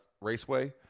raceway